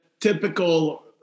typical